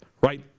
right